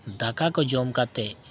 ᱫᱟᱠᱟ ᱠᱚ ᱡᱚᱢ ᱠᱟᱛᱮᱫ